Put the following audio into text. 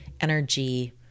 energy